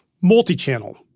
multi-channel